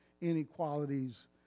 inequalities